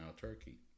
Turkey